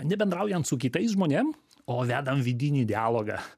nebendraujant su kitais žmonėm o vedam vidinį dialogą